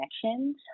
connections